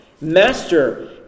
Master